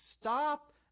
Stop